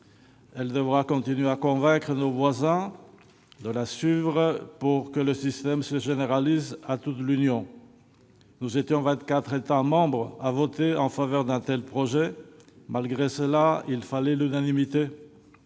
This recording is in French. Elle devra continuer à convaincre ses voisins de la suivre pour que le système se généralise à toute l'Union. Nous étions vingt-quatre États membres à voter en faveur d'un tel projet, mais il fallait l'unanimité